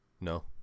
No